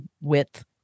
width